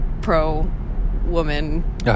pro-woman